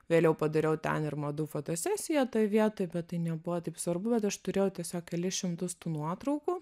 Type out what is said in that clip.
vėliau padariau ten ir madų fotosesiją toj vietoj bet tai nebuvo taip svarbu bet aš turėjau tiesiog kelis šimtus tų nuotraukų